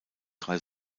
drei